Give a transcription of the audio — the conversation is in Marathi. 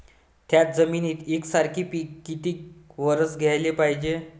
थ्याच जमिनीत यकसारखे पिकं किती वरसं घ्याले पायजे?